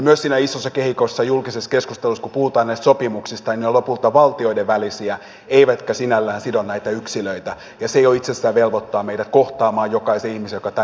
myös siinä isossa kehikossa julkisessa keskustelussa kun puhutaan näistä sopimuksista ne ovat lopulta valtioiden välisiä eivätkä sinällään sido näitä yksilöitä ja se jo itsessään velvoittaa meidät kohtaamaan jokaisen ihmisen joka tänne tulee